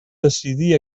decidir